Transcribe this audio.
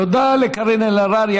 תודה לקארין אלהרר.